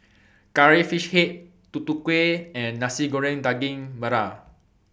Curry Fish Head Tutu Kueh and Nasi Goreng Daging Merah